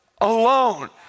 alone